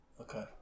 Okay